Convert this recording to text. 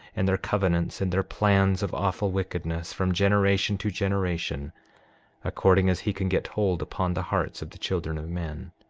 and their covenants, and their plans of awful wickedness, from generation to generation according as he can get hold upon the hearts of the children of men.